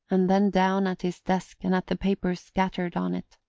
and then down at his desk and at the papers scattered on it.